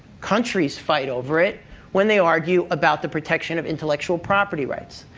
countries fight over it when they argue about the protection of intellectual property rights.